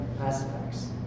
aspects